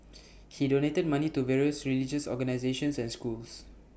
he donated money to various religious organisations and schools